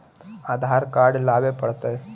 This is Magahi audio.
आधार कार्ड लाबे पड़तै?